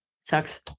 sucks